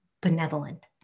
benevolent